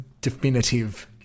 definitive